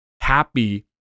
Happy